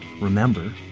remember